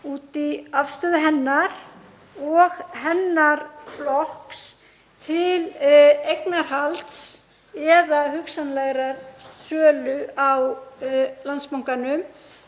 út í afstöðu hennar og hennar flokks til eignarhalds eða hugsanlegrar sölu á Landsbankanum